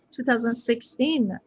2016